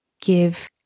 give